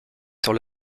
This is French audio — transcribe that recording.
sur